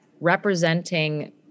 representing